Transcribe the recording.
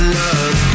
love